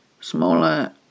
smaller